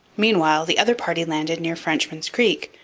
meanwhile, the other party landed near frenchman's creek,